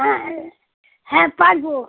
হ্যাঁ হ্যাঁ পারবো